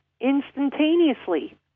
Instantaneously